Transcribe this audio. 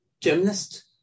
gymnast